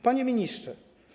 Panie Ministrze!